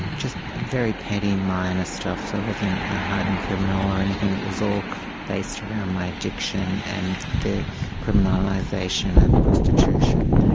and just very petty, minor stuff, so i wasn't a hardened criminal or anything, it was all based around my addiction and the criminalisation of prostitution.